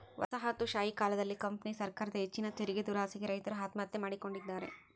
ವಸಾಹತುಶಾಹಿ ಕಾಲದಲ್ಲಿ ಕಂಪನಿ ಸರಕಾರದ ಹೆಚ್ಚಿನ ತೆರಿಗೆದುರಾಸೆಗೆ ರೈತರು ಆತ್ಮಹತ್ಯೆ ಮಾಡಿಕೊಂಡಿದ್ದಾರೆ